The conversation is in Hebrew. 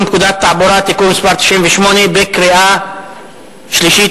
פקודת התעבורה (מס' 98) בקריאה שלישית.